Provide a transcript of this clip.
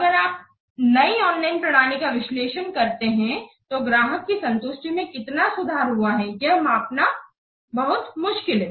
अगर आप नई ऑनलाइन प्रणाली का विश्लेषण करते है तो ग्राहकों की संतुष्टि में कितना सुधार हुआ है यह मापना बहुत मुश्किल है